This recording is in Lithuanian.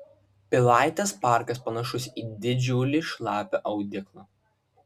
pilaitės parkas panašus į didžiulį šlapią audeklą